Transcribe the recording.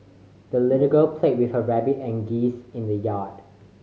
the little girl played with her rabbit and geese in the yard